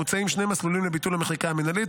מוצעים שני מסלולים לביטול המחיקה המינהלית.